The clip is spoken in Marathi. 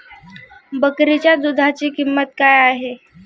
बकरीच्या दूधाची किंमत काय आहे?